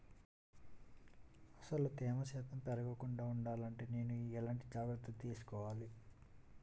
అసలు తేమ శాతం పెరగకుండా వుండాలి అంటే నేను ఎలాంటి జాగ్రత్తలు తీసుకోవాలి?